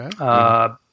Okay